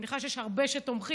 אני מניחה שיש הרבה שתומכים,